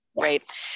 right